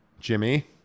Jimmy